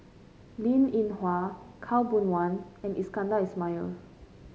Linn In Hua Khaw Boon Wan and Iskandar Ismail